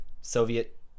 Soviet